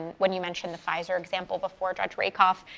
when you mentioned the pfizer example before, judge rakoff,